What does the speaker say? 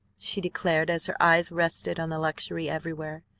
she declared as her eyes rested on the luxury everywhere.